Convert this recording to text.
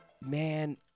man